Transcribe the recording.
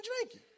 drinking